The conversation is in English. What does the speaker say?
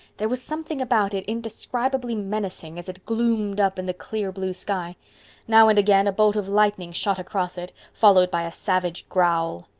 there was something about it indescribably menacing as it gloomed up in the clear blue sky now and again a bolt of lightning shot across it, followed by a savage growl.